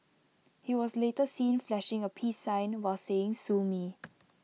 he was later seen flashing A peace sign while saying sue me